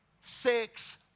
Six